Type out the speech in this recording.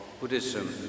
Buddhism